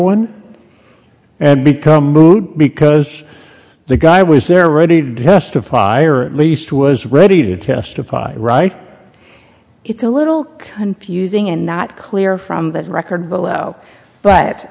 one and become moot because the guy was there really justified or at least was ready to testify right it's a little confusing and not clear from the record below but